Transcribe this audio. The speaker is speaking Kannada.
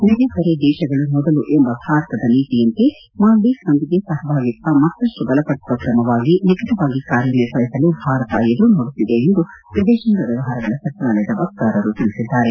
ನೆರೆ ಹೊರೆ ದೇಶಗಳು ಮೊದಲು ಎಂಬ ಭಾರತದ ನೀತಿಯಂತೆ ಮಾಲ್ವೀವ್ಗನೊಂದಿಗೆ ಸಹಭಾಗಿತ್ವ ಮತ್ತಷ್ಟು ಬಲಪಡಿಸುವ ಕ್ರಮವಾಗಿ ನಿಕಟವಾಗಿ ಕಾರ್ಯನಿರ್ವಹಿಸಲು ಭಾರತ ಎದುರು ನೋಡುತ್ತಿದೆ ಎಂದು ವಿದೇಶಾಂಗ ವ್ಯವಹಾರಗಳ ಸಚಿವಾಲಯದ ವಕ್ತಾರರು ತಿಳಿಸಿದ್ದಾರೆ